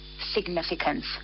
significance